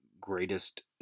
Greatest